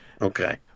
Okay